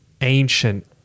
ancient